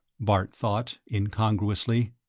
bart thought incongruously.